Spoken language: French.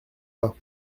pas